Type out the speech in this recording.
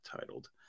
titled